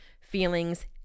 feelings